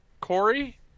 Corey